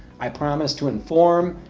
i promise to inform,